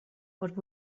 but